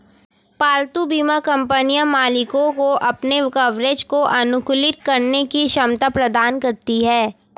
पालतू बीमा कंपनियां मालिकों को अपने कवरेज को अनुकूलित करने की क्षमता प्रदान करती हैं